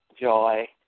joy